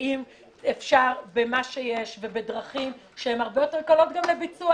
ושאם אפשר במה שיש ובדרכים שהן הרבה יותר קלות גם לביצוע,